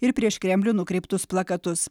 ir prieš kremlių nukreiptus plakatus